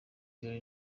jolly